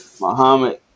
Muhammad